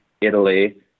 italy